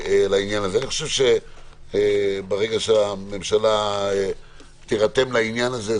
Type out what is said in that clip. אני חושב שברגע שהממשלה תירתם לעניין הזה,